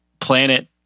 planet